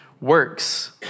works